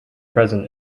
present